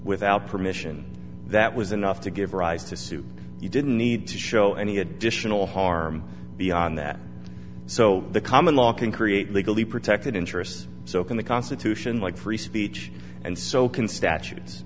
without permission that was enough to give rise to sue you didn't need to show any additional harm beyond that so the common law can create legally protected interest so can the constitution like free speech and so can statutes